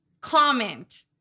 comment